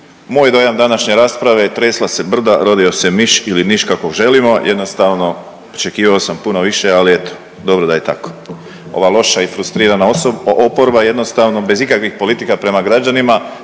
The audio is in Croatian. moj dojam današnje rasprave je „tresla se brda, a rodio se miš“ ili „niš“ kako želimo, jednostavno očekivao sam puno više, ali eto dobro da je tako. Ova loša i isfrustrirana oporba jednostavno bez ikakvih politika prema građanima